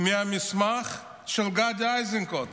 מהמסמך של גדי איזנקוט,